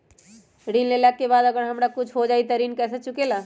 ऋण लेला के बाद अगर हमरा कुछ हो जाइ त ऋण कैसे चुकेला?